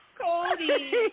Cody